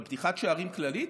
אבל פתיחת שערים כללית?